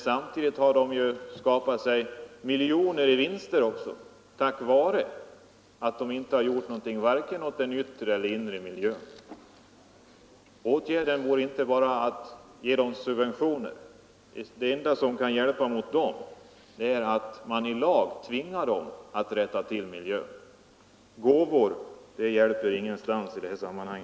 Samtidigt har det skapat sig miljoner i vinst tack vare att det inte gjort något åt vare sig den yttre eller den inre miljön. Åtgärden borde inte vara att ge det subventioner. Det enda som kan hjälpa mot sådana företag är att i lag tvinga det att rätta till miljön. Gåvor hjälper inte någonstans i detta sammanhang.